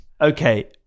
okay